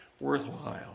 worthwhile